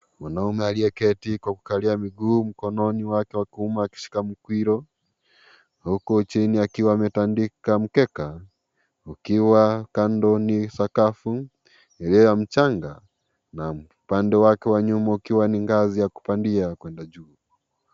Mwanaume aliyeketi kwa kukalia miguu mikononi wake wa kuume akishika mkwiro, huku chini akiwa ametandika mkeka. Kukiwa kando ni sakafu iliyo ya mchanga na upande wake wa nyuma ukiwa ni ngazi ya kupanda kwenda juu.